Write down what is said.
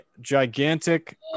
gigantic